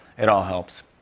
it all helps.